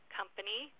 company